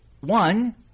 one